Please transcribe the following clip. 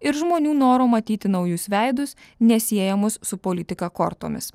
ir žmonių noro matyti naujus veidus nesiejamus su politika kortomis